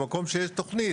במקום שיש תוכנית,